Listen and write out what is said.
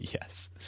yes